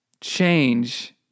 change